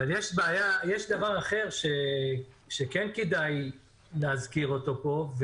יש דבר אחר שכן כדאי להזכיר אותו פה.